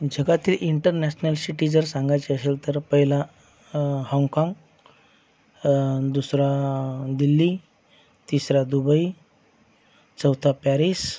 जगातील international city जर सांगायची असेल तर पहिला हाँगकाँग दुसरा दिल्ली तिसरा दुबई चौथा पॅरिस